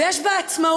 ויש בה עצמאות.